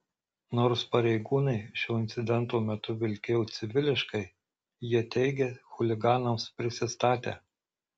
nors pareigūnai šio incidento metu vilkėjo civiliškai jie teigia chuliganams prisistatę